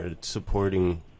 supporting